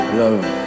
love